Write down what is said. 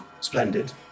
splendid